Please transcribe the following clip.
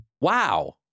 Wow